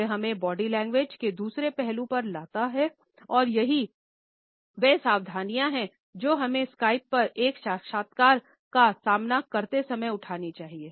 ये हमें body language के दूसरे पहलू पर लाता हूं और यही वह सावधानियां हैं जो हमें स्काइप पर एक साक्षात्कार का सामना करते समय उठानी चाहिए